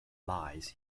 lies